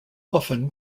often